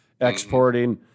exporting